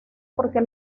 porque